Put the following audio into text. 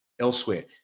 elsewhere